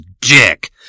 dick